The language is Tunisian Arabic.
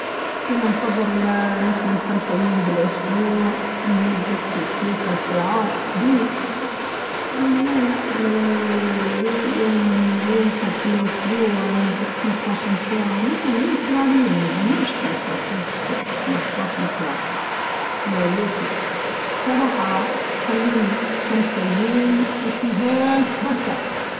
أنا نفظل نخدم خمس أيام بالأسبوع لمده ثلاث ساعات بي أنا لا اااا يوما واحد في الأسبوع لمده خمستاش ساعه ليه يعسر عليا ما ينجمش خمستاش ساعه لا ياسر بصراحه خليني خمسه أيام و فيهااااا ألف بركه.